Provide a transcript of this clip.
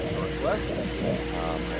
Northwest